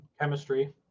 chemistry